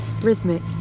Rhythmic